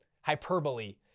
hyperbole